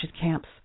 camps